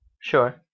Sure